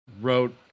wrote